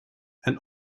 and